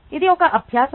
ఇది ఒక అభ్యాసo